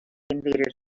invaders